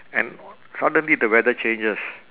and suddenly the weather changes